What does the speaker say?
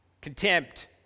contempt